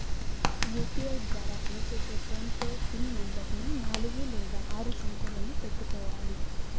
UPI ద్వారా పనిచేసే PhonePe PIN నెంబరుని నాలుగు లేదా ఆరు సంఖ్యలను పెట్టుకోవాలి